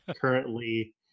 Currently